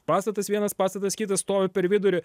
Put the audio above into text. pastatas vienas pastatas kitas stovi per vidurį